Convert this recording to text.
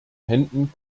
händen